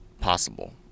possible